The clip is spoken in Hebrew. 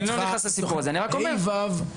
אז בכיתות ה׳-ו׳,